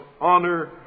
honor